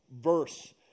verse